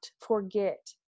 forget